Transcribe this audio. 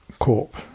Corp